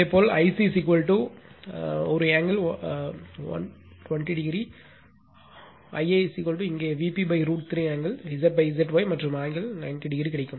இதேபோல் Ic ஒரு angle I 20o put Ia இங்கே Vp √ 3 ஆங்கிள் Z Zy மற்றும் ஆங்கிள் 90o கிடைக்கும்